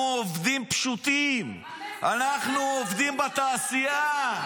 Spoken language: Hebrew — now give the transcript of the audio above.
אנחנו עובדים פשוטים, אנחנו עובדים בתעשייה.